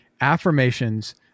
affirmations